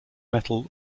metal